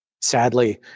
Sadly